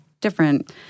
different